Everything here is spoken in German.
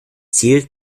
ziel